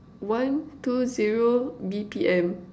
one two zero B_P_M